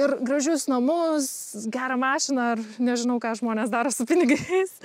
ir gražius namus gerą mašiną ar nežinau ką žmonės daro su pinigais